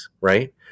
right